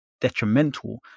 detrimental